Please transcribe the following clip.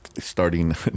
Starting